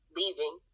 leaving